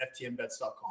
ftmbets.com